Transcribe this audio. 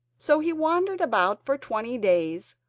so he wandered about for twenty days,